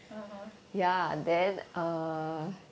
(uh huh)